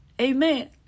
Amen